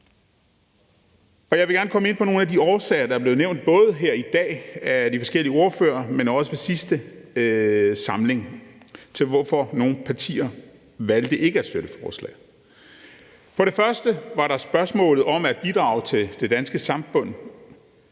jeg vil gerne komme ind på nogle af de årsager, der er blevet nævnt, både her i dag af de forskellige ordførere, men også i sidste samling, til, hvorfor nogle partier valgte ikke at støtte forslaget. For det første var der spørgsmålet om at bidrage til det danske samfund.